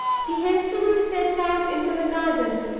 he hastily stepped out into the garden.